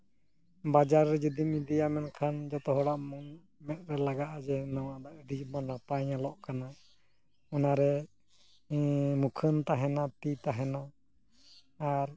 ᱵᱟᱡᱟᱨ ᱨᱮ ᱡᱩᱫᱤᱢ ᱤᱫᱤᱭᱟ ᱢᱮᱱᱠᱷᱟᱱ ᱡᱚᱛᱚ ᱦᱚᱲᱟᱜ ᱢᱚᱱ ᱢᱮᱸᱫ ᱨᱮ ᱞᱟᱜᱟᱜᱼᱟ ᱡᱮ ᱱᱚᱣᱟ ᱫᱚ ᱟᱹᱰᱤ ᱡᱩᱫᱟᱹ ᱱᱟᱯᱟᱭ ᱧᱮᱞᱚᱜ ᱠᱟᱱᱟ ᱚᱱᱟ ᱨᱮ ᱢᱩᱠᱷᱟᱹᱱ ᱛᱟᱦᱮᱱᱟ ᱛᱤ ᱛᱟᱦᱮᱱᱟ ᱟᱨ